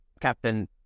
Captain